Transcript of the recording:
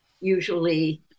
usually